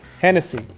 Hennessy